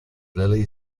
lillie